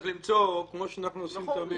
לכן צריך למצוא כמו שאנחנו עושים תמיד,